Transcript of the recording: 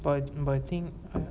but but I think